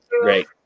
great